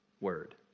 word